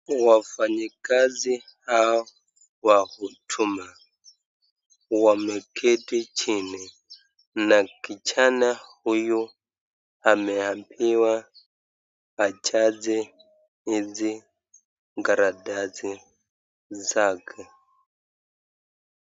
Wafanyekasi hao wa Huduma wameketi chini na kijana huyu ameambiwa ajaze hizi karatasi zake.